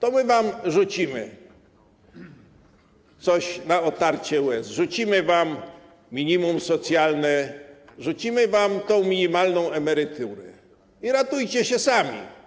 to my wam rzucimy coś na otarcie łez, rzucimy wam minimum socjalne, rzucimy tę minimalną emeryturę i ratujcie się sami.